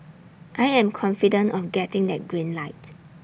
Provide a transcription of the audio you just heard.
I am confident of getting that green light